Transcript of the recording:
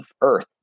Earth